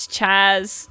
Chaz